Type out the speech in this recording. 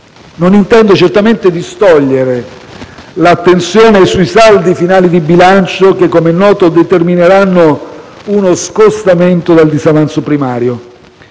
Non intendo certamente distogliere l'attenzione sui saldi finali di bilancio che - com'è noto - determineranno uno scostamento dal disavanzo primario.